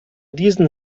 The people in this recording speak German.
diesen